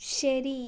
ശരി